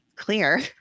clear